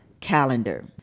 calendar